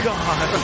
God